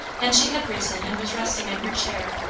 and she had risen and was resting in her chair,